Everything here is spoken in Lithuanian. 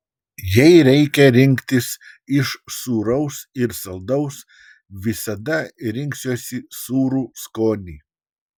jei reikia rinktis iš sūraus ir saldaus visada rinksiuosi sūrų skonį